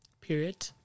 Period